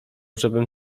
żebym